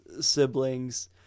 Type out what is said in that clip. siblings